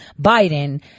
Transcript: biden